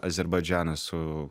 azerbaidžanas su